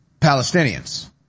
Palestinians